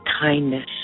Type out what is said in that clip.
kindness